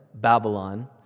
Babylon